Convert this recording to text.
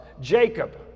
Jacob